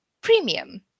premium